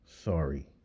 Sorry